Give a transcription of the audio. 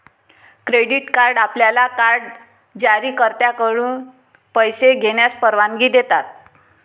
credit card आपल्याला card जारीकर्त्याकडून पैसे घेण्यास परवानगी देतात